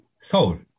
Seoul